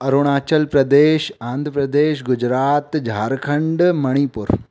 Arunachal Pradesh Andhra Pradesh Gujarat Jharkhand Manipur